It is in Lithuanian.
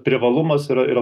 privalumas yra yra